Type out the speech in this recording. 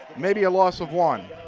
maybe a loss of one.